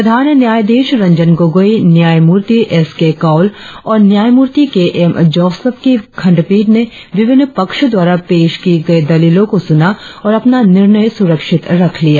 प्रधान न्यायाधीश रंजन गोगोई न्यायमूर्ति S K Kaul और न्यायमूर्ति के एम जोसफ की खंडपीठ ने विभिन्न पक्षों द्वारा पेश की गई दलीलों को सुना और अपना निर्णय सुरक्षित रख लिया